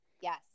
yes